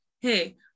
hey